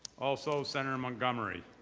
also senator montgomery.